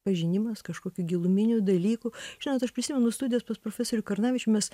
pažinimas kažkokių giluminių dalykų žinot aš prisimenu studijas pas profesorių karnavičių mes